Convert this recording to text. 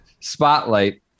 spotlight